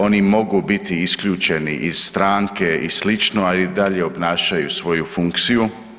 Oni mogu biti isključeni iz stranke i sl., a i dalje obnašaju svoju funkciju.